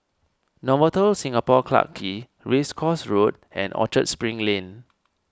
Novotel Singapore Clarke Quay Race Course Road and Orchard Spring Lane